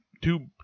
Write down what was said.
two